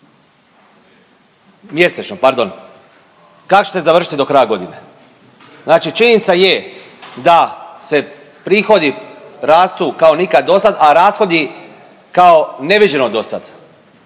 mjesečno pardon, kako ćete završiti do kraja godine? Znači činjenica je da se prihodi rastu kao nikad so sad, a rashodi kao neviđeno do sad.